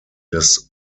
des